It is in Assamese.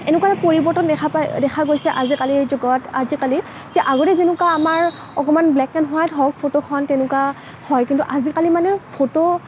এনেকুৱা এটা পৰিৱৰ্তন দেখা দেখা গৈছে আজিকালি যুগত আজিকালি যে আগতে যেনেকুৱা আমাৰ অকণমান ব্লেক এন হোৱাইট হওক ফটোখন তেনেকুৱা হয় কিন্তু আজিকালি মানে ফটো